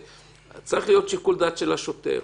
צריך להיות שיקול דעת של השוטר.